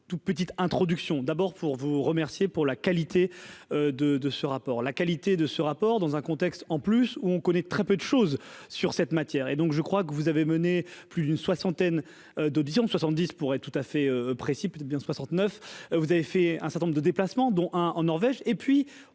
petite introduction d'abord pour vous remercier pour la qualité de de ce rapport, la qualité de ce rapport, dans un contexte en plus ou on connaît très peu de choses sur cette matière et donc je crois que vous avez mené plus d'une soixantaine d'audition 70 pourrait tout à fait précis bien 69, vous avez fait un certain nombre de déplacements, dont un en Norvège,